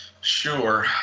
Sure